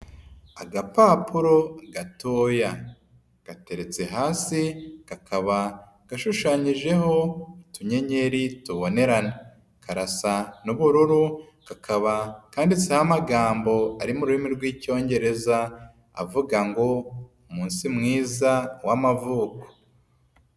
Agapapuro gatoya gateretse hasi kakaba gashushanyijeho utuyenyeri tubonerana, karasa n'ubururu kakaba kanditseho amagambo ari mu rurimi rw'icyongereza avuga ngo umunsi mwiza w'amavuko.